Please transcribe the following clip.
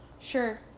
Sure